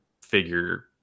figure